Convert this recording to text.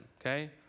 Okay